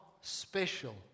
special